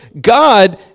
God